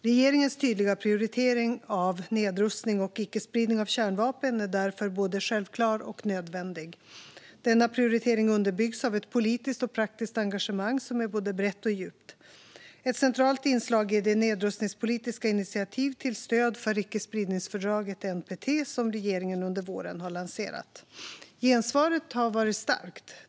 Regeringens tydliga prioritering av nedrustning och icke-spridning av kärnvapen är därför både självklar och nödvändig. Denna prioritering underbyggs av ett politiskt och praktiskt engagemang som är både brett och djupt. Ett centralt inslag är det nedrustningspolitiska initiativ till stöd för icke-spridningsfördraget NPT som regeringen under våren har lanserat. Gensvaret har varit starkt.